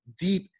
deep